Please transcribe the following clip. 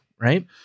right